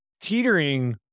teetering